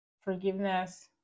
forgiveness